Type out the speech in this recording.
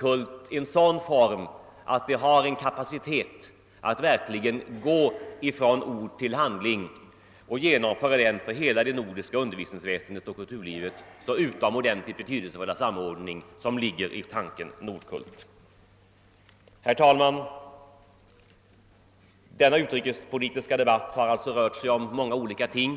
då ges en sådan form att det får kapacitet att verkligen gå från ord till handling och förverkliga den för hela det nordiska undervisningsväsendet och kulturlivet så utomordentligt betydelsefulla samordning som ligger i tanken Nordkult. Herr talman! Denna utrikespolitiska debatt har alltså gällt många olika ting.